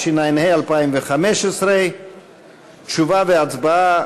התשע"ה 2015. תשובה והצבעה